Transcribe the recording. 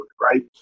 right